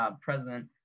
president